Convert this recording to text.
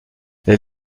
les